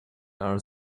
are